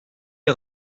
des